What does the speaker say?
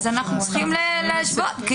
אנו צריכים להשוות.